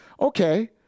okay